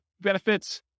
benefits